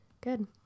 Good